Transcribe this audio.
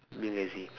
been lazy